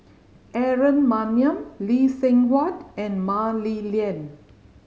Aaron Maniam Lee Seng Huat and Mah Li Lian